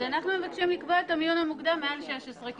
אז אנחנו מבקשים לקבוע את המיון המוקדם מעל 16 כי